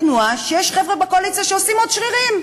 תנועה שיש חבר'ה בקואליציה שעושים עוד שרירים,